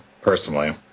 personally